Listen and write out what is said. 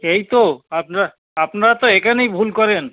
এই তো আপনারা আপনারা তো এখানেই ভুল করেন